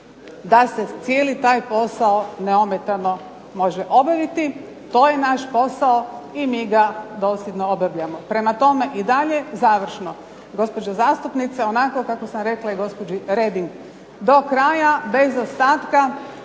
da se cijeli taj posao neometano može obaviti, to je naš posao i mi ga dosljedno obavljamo. I dalje završno, gospođo zastupnice, onako kako sam rekla i gospođi ..., do kraja bez ostatka,